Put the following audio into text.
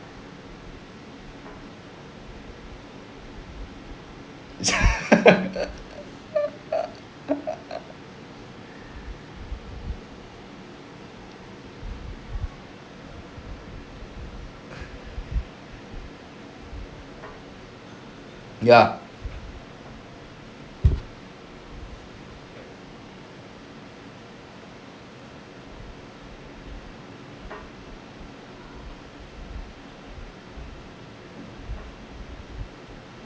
ya